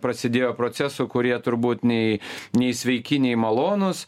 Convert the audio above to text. prasidėjo procesų kurie turbūt nei nei sveiki nei malonūs